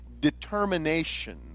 determination